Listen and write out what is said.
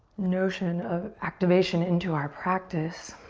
notion of activation into our practice